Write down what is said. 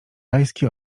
rajski